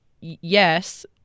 yes